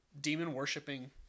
demon-worshipping